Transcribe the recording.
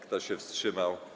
Kto się wstrzymał?